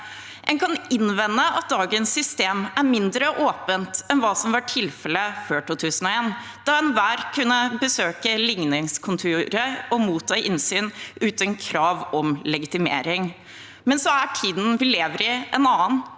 En kan innvende at dagens system er mindre åpent enn hva som var tilfellet før 2001, da enhver kunne besøke ligningskontoret og motta innsyn uten krav om legitimering. Men så er tiden vi lever i, en annen.